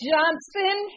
Johnson